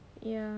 ya